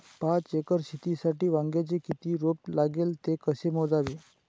पाच एकर शेतीसाठी वांग्याचे किती रोप लागेल? ते कसे मोजावे?